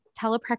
telepractice